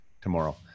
tomorrow